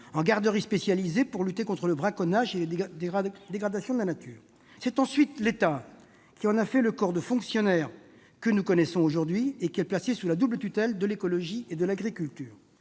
une garderie spécialisée pour lutter contre le braconnage et les dégradations de la nature. C'est ensuite l'État qui en a fait le corps de fonctionnaires que nous connaissons aujourd'hui et qui est placé sous la double tutelle des ministères de l'écologie et de l'agriculture.